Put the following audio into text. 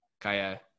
Kaya